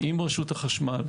עם רשות החשמל.